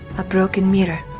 a broken mirror,